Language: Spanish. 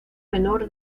menor